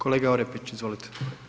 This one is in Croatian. Kolega Orepić, izvolite.